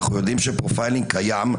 אנחנו יודעים שפרופיילינג קיים.